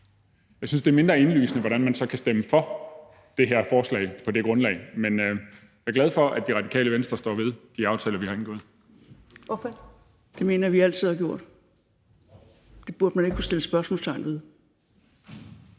Jeg synes, det er mindre indlysende, hvordan man så kan stemme for det her forslag på det grundlag, men jeg er glad for, at Det Radikale Venstre står ved de aftaler, vi har indgået. Kl. 15:24 Første næstformand (Karen Ellemann): Ordføreren.